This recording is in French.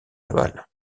laval